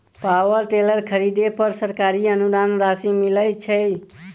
Power tiller खरीदे पर सरकारी अनुदान राशि मिलय छैय?